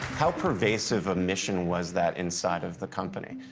how pervasive a mission was that inside of the company?